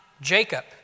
Jacob